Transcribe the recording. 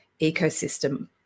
ecosystem